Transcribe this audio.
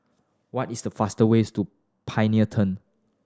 what is the fast ways to Pioneer Turn